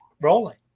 rolling